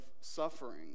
suffering